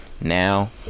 Now